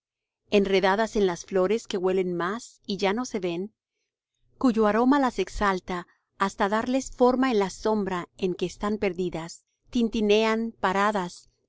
enredadas en las flores que huelen más y ya no se ven cuyo aroma las exalta hasta darles forma en la sombra en que están perdidas tintinean paradas